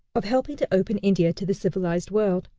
of helping to open india to the civilized world.